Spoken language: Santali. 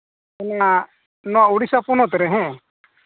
ᱚᱱᱟ ᱚᱱᱟ ᱩᱲᱤᱥᱥᱟ ᱯᱚᱱᱚᱛ ᱨᱮ ᱦᱮᱸ